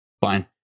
Fine